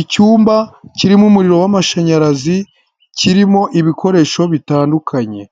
Icyumba kirimo umuriro w'amashanyarazi, kirimo ibikoresho bitandukanye,